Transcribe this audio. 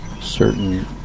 certain